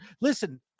Listen